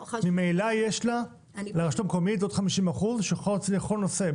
ממילא יש לרשות המקומית עוד 50% שהיא יכולה להוציא לכל נושא.